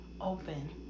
open